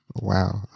Wow